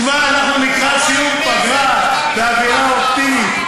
תשמע, אנחנו לקראת סיום, פגרה, באווירה אופטימית.